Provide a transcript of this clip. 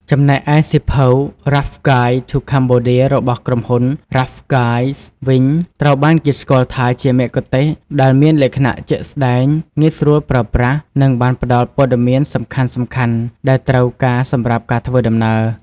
ចំណែកឯសៀវភៅ Rough Guide to Cambodia របស់ក្រុមហ៊ុន Rough Guides វិញ ត្រូវបានគេស្គាល់ថាជាមគ្គុទ្ទេសក៍ដែលមានលក្ខណៈជាក់ស្ដែង ងាយស្រួលប្រើប្រាស់ និងបានផ្ដល់ព័ត៌មានសំខាន់ៗដែលត្រូវការសម្រាប់ការធ្វើដំណើរ។